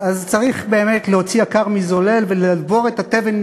אז צריך באמת להוציא יקר מזולל ולבור את התבן